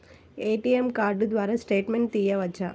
ATM card ద్వారా statement తీయవచ్చా?